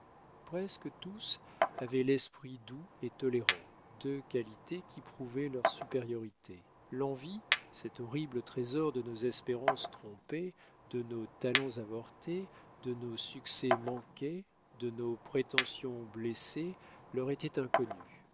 presque tous avaient l'esprit doux et tolérant deux qualités qui prouvaient leur supériorité l'envie cet horrible trésor de nos espérances trompées de nos talents avortés de nos succès manqués de nos prétentions blessées leur était inconnue